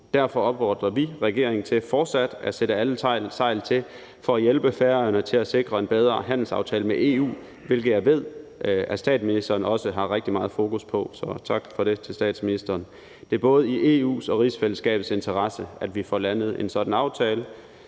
Derfor opfordrer vi regeringen til fortsat at sætte alle sejl til for at hjælpe Færøerne med at sikre en bedre handelsaftale med EU, hvilket jeg ved statsministeren også har rigtig meget fokus på. Så tak for det til statsministeren. Det er både i EU's og i rigsfællesskabets interesse, at vi får landet en sådan aftale,